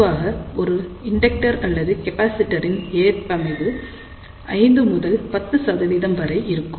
பொதுவாக ஒரு இண்டக்டர் அல்லது கெப்பாசிட்டர் இன் ஏற்பமைவு 5 முதல் 10 சதவீதம் வரை இருக்கும்